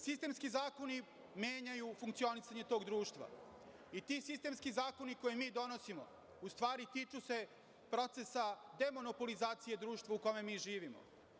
Sistemski zakoni menjaju funkcionisanje tog društva i ti sistemski zakoni koje mi donosimo u stvari tiču se procesa demonopolizacije društva u kome mi živimo.